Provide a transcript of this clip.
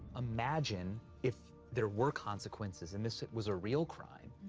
imagine if there were consequences and this was a real crime.